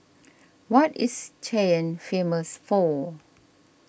what is Cayenne famous for